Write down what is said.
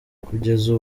kugeza